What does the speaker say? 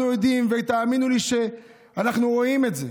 אנחנו יודעים, ותאמינו לי שאנחנו רואים את זה.